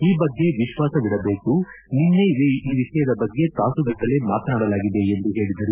ಈ ಬಗ್ಗೆ ವಿಶ್ವಾಸವಿಡಬೇಕು ನಿನ್ನೆ ಈ ವಿಷಯದ ಬಗ್ಗೆ ತಾಸುಗಟ್ಟಲೆ ಮಾತನಾಡಲಾಗಿದೆ ಎಂದು ಹೇಳಿದರು